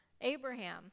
Abraham